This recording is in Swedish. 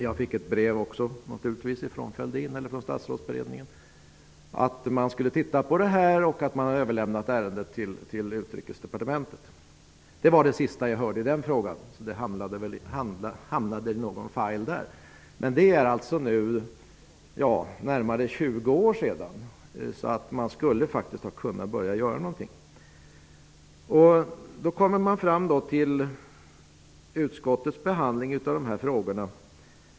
Jag fick ett brev från statsrådsberedningen där det framgick att ärendet hade överlämnats till Utrikesdepartementet. Det var det sista jag hörde i den frågan. Ärendet hamnade väl i någon ''file''. Detta hände för nära 20 år sedan. Man hade alltså kunnat göra något. Då kommer vi till utskottets behandling av dessa frågor.